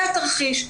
זה התרחיש.